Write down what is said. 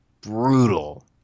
brutal